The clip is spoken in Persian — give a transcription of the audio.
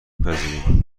پذیریم